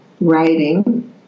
writing